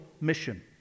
mission